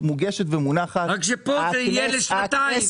מוגשת ומונחת -- רק שפה זה יהיה לשנתיים.